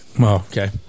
okay